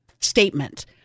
statement